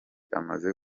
amaze